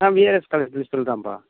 ஆ V R S college principal தான்ப்பா